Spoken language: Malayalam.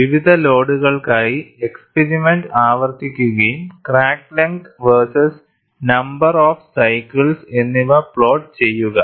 വിവിധ ലോഡുകൾക്കായി എക്സ്പിരിമെൻറ് ആവർത്തിക്കുകയും crack length versus number of cycles എന്നിവ പ്ലോട്ട് ചെയ്യുക